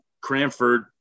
Cranford –